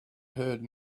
heard